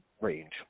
range